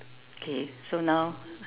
okay so now